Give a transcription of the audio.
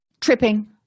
tripping